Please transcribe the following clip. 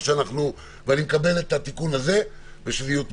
ואני מקבל את התיקון הזה שיוטמע.